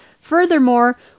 Furthermore